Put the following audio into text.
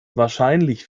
wahrscheinlich